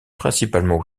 principalement